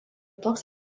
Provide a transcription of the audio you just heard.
toks